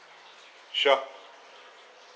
sure